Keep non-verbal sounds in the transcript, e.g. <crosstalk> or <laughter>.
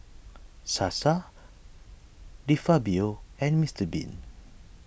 <noise> Sasa De Fabio and Mister Bean